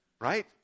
Right